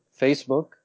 Facebook